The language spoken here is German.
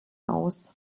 aus